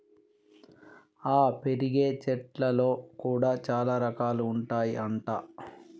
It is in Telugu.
ఆ పెరిగే చెట్లల్లో కూడా చాల రకాలు ఉంటాయి అంట